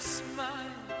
smile